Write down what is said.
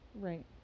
Right